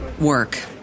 work